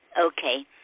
Okay